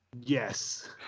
Yes